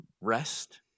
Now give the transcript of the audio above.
Rest